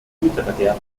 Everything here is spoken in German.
güterverkehr